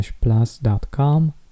plus.com